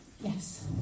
yes